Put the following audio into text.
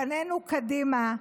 פנינו קדימה,